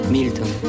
Milton